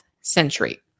century